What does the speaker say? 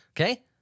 okay